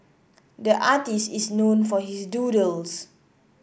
the artist is known for his doodles